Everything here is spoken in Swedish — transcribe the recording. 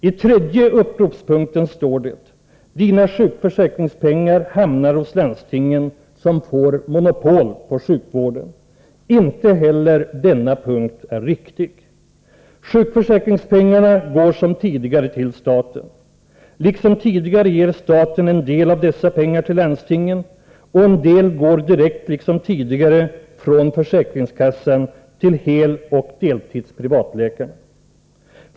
I tredje uppropspunkten står det: Dina sjukförsäkringspengar hamnar hos landstingen som får monopol på sjukvården. Inte heller denna punkt är riktig. Sjukförsäkringspengarna går som tidigare till staten. Liksom tidigare ger staten en del av dessa pengar till landstingen, och en del går direkt liksom tidigare från försäkringskassan till heloch deltidsprivatläkarna.